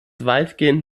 weitgehend